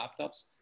laptops